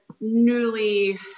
newly